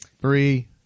three